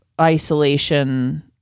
isolation